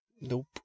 Nope